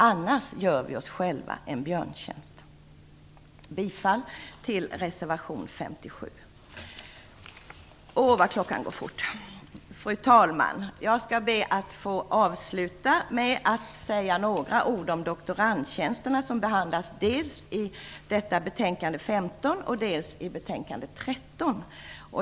Annars gör vi oss själva en björntjänst. Jag yrkar bifall till reservation 57. Fru talman! Jag vill avsluta med att säga några ord om doktorandtjänsterna, som behandlas dels i betänkande nr 15, dels i betänkande nr 13.